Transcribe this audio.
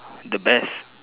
the best